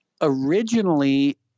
originally